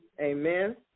Amen